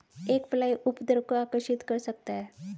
एक फ्लाई उपद्रव को आकर्षित कर सकता है?